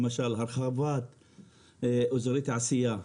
למשל, הרחבת אזורי תעשייה.